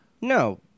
No